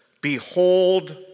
Behold